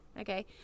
Okay